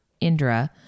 Indra